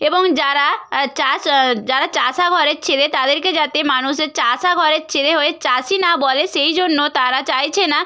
এবং যারা চাষ যারা চাষা ঘরের ছেলে তাদেরকে যাতে মানুষে চাষা ঘরের ছেলে হয়ে চাষী না বলে সেই জন্য তারা চাইছে না